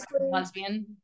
lesbian